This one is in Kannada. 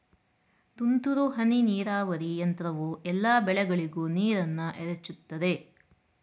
ತುಂತುರು ಹನಿ ನೀರಾವರಿ ಯಂತ್ರವು ಎಲ್ಲಾ ಬೆಳೆಗಳಿಗೂ ನೀರನ್ನ ಎರಚುತದೆ